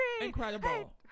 Incredible